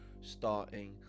starting